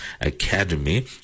Academy